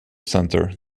center